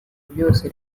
byose